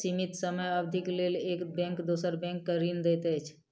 सीमित समय अवधिक लेल एक बैंक दोसर बैंक के ऋण दैत अछि